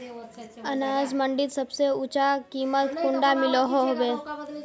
अनाज मंडीत सबसे ऊँचा कीमत कुंडा मिलोहो होबे?